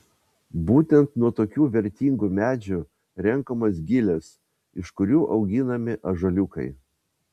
būtent nuo tokių vertingų medžių renkamos gilės iš kurių auginami ąžuoliukai